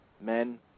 men